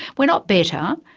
we're not better,